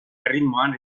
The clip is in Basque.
erritmoan